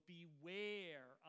beware